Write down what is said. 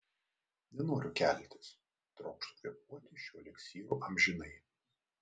nenoriu keltis trokštu kvėpuoti šiuo eliksyru amžinai